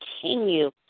continue